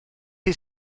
chi